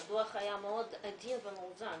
הדוח היה מאוד עדין ומאוזן